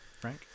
Frank